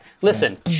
Listen